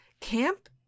Camp